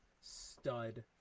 stud